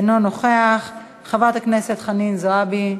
אינו נוכח, חברת הכנסת חנין זועבי,